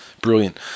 Brilliant